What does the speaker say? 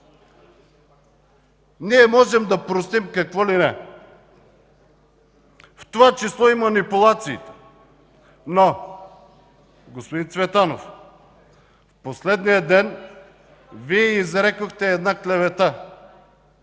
Ние можем да простим какво ли не, в това число и манипулации, но, господин Цветанов, последният ден Вие изрекохте една клевета,